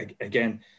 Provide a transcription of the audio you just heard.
again